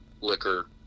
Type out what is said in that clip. liquor